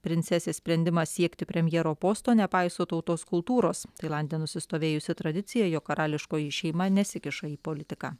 princesės sprendimas siekti premjero posto nepaiso tautos kultūros tailande nusistovėjusi tradicija jog karališkoji šeima nesikiša į politiką